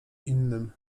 innym